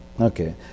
Okay